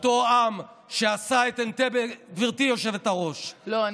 אותו עם שעשה את אנטבה, גברתי היושבת-ראש, לא.